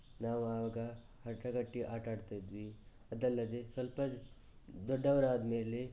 ನಾವು ಆವಾಗ ಹಠ ಕಟ್ಟಿ ಆಟಾಡ್ತಾ ಇದ್ವಿ ಅದಲ್ಲದೇ ಸ್ವಲ್ಪ ದೊಡ್ಡವರಾದ ಮೇಲೆ